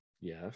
Yes